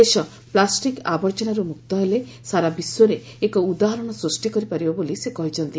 ଦେଶ ପ୍ଲାଷ୍ଟିକ୍ ଆବର୍ଜନାରୁ ମୁକ୍ତ ହେଲେ ସାରା ବିଶ୍ୱରେ ଏକ ଉଦାହରଣ ସୃଷ୍ଟି କରିପାରିବ ବୋଲି ସେ କହିଛନ୍ତି